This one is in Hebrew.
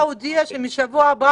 משרד התחבורה הודיע שמשבוע הבא